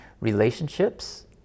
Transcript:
relationships